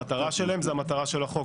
המטרה שלהם היא המטרה של החוק,